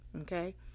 okay